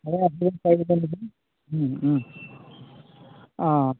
অঁ